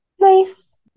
Nice